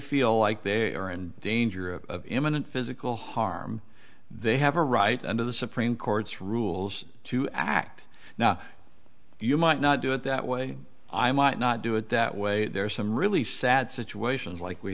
feel like they are in danger of imminent physical harm they have a right under the supreme court's rules to act now you might not do it that way i might not do it that way there are some really sad situations like we